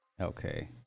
Okay